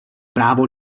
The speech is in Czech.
právo